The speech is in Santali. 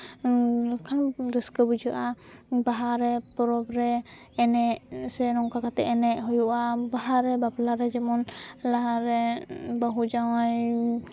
ᱞᱮᱠᱷᱟᱱ ᱨᱟᱹᱥᱠᱟᱹ ᱵᱩᱡᱷᱟᱹᱜᱼᱟ ᱵᱟᱦᱟ ᱨᱮ ᱯᱚᱨᱚᱵᱽ ᱨᱮᱮᱱᱮᱡ ᱥᱮ ᱱᱚᱝᱠᱟ ᱠᱟᱛᱮ ᱮᱱᱮᱡ ᱦᱩᱭᱩᱜᱼᱟ ᱵᱟᱦᱟ ᱨᱮ ᱵᱟᱯᱞᱟ ᱨᱮ ᱡᱮᱢᱚᱱ ᱞᱟᱦᱟᱨᱮ ᱵᱟᱹᱦᱩ ᱡᱟᱶᱟᱭ